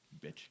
Bitch